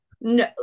no